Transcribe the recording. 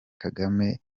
kagame